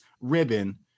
ribbon